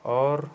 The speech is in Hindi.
और